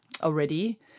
Already